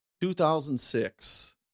2006